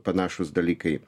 panašūs dalykai